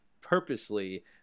purposely